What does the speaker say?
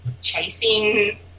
Chasing